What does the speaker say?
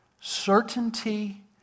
Certainty